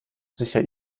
sicher